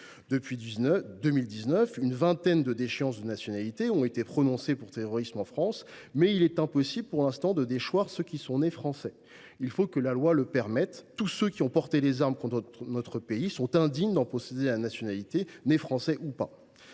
Depuis 2019, une vingtaine de déchéances de nationalité ont été prononcées pour terrorisme en France, mais il est impossible pour l’instant de déchoir ceux qui sont nés Français. Il faut que la loi le permette : tous ceux qui ont porté les armes contre notre pays sont indignes d’en posséder la nationalité, nés français ou pas.